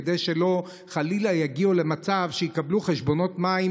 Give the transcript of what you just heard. כדי שחלילה לא יגיעו למצב שיקבלו חשבונות מים